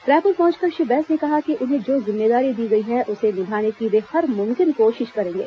रायपुर पहंच कर श्री बैस ने कहा कि उन्हें जो जिम्मेदारी दी गई है उसे निमाने की वे हर मुमकिन कोशिश करेंगे